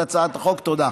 תודה.